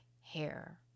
hair